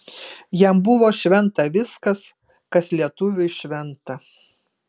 jam buvo šventa viskas kas lietuviui šventa